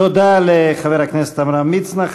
תודה לחבר הכנסת עמרם מצנע.